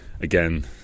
again